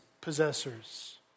possessors